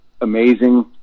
amazing